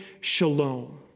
shalom